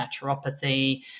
naturopathy